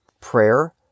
prayer